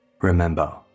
Remember